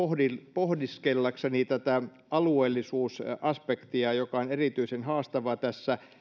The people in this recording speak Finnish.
pohdiskellakseni tätä alueellisuusaspektia joka on erityisen haastava tässä